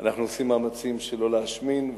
אנחנו עושים מאמצים שלא להשמין,